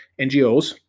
NGOs